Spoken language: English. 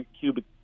cubic